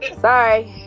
sorry